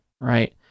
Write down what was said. right